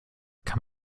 kann